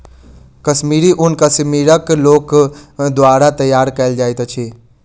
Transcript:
कश्मीरी ऊन कश्मीरक लोक द्वारा तैयार कयल जाइत अछि